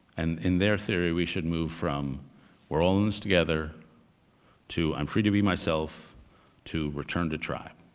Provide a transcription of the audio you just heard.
and in their theory, we should move from we're all in this together to i'm free to be myself to return to tribe.